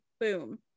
Boom